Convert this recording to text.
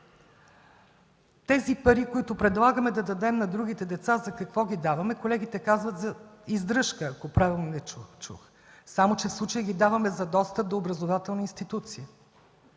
Тези пари, които предлагаме да дадем на другите деца, за какво ги даваме? Колегите казват: за издръжка, ако правилно чух, само че в случая ги даваме за достъп до образователна институция.